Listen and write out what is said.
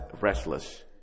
restless